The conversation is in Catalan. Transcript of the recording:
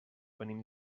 venim